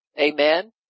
Amen